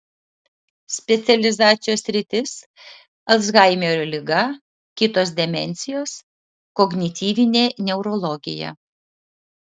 specializacijos sritis alzhaimerio liga kitos demencijos kognityvinė neurologija